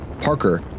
Parker